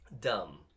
Dumb